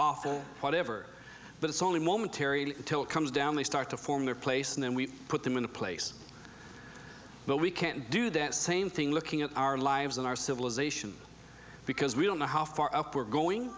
awful whatever but it's only momentary until it comes down they start to form their place and then we put them in the place but we can't do that same thing looking at our lives and our civilization because we don't know how far up we're going